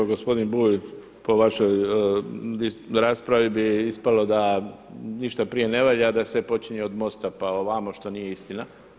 Gospodin Bulj, po vašoj raspravi bi ispalo da ništa prije ne valja, a da sve počinje od MOST-a pa ovamo, što nije istina.